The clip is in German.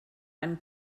einen